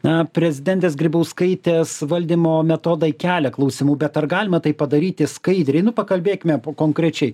na prezidentės grybauskaitės valdymo metodai kelia klausimų bet ar galima tai padaryti skaidriai nu pakalbėkime konkrečiai